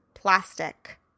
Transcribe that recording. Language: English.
Plastic